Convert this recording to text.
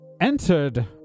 entered